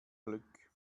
glück